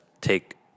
take